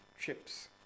chips